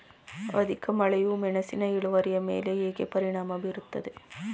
ಅಧಿಕ ಮಳೆಯು ಮೆಣಸಿನ ಇಳುವರಿಯ ಮೇಲೆ ಹೇಗೆ ಪರಿಣಾಮ ಬೀರುತ್ತದೆ?